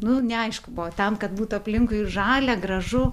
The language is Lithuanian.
nu neaišku buvo tam kad būtų aplinkui žalia gražu